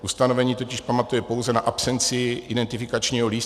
Ustanovení totiž pamatuje pouze na absenci identifikačního lístku.